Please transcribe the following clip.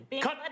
Cut